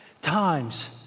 times